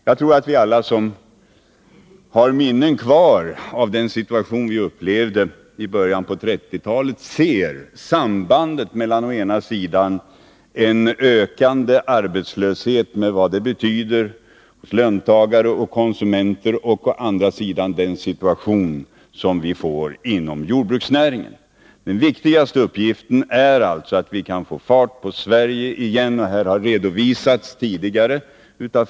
Jag tror att alla vi som har minnen kvar av den situation som rådde i början av 1930-talet ser sambandet mellan en ökande arbetslöshet, med vad den betyder för löntagare och konsumenter, och situationen inom jordbruksnäringen. Den viktigaste uppgiften är alltså att få fart på Sverige igen.